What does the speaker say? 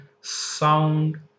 sound